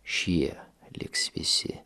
šie liks visi